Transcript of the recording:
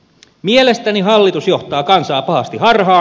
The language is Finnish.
mielestäni hallitus johtaa kansaa pahasti harhaan